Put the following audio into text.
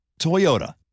Toyota